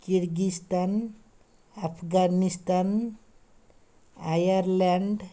Kyrgyzstan Afghanistan Ireland